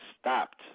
stopped